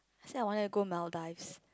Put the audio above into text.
actually I wanted to go Maldives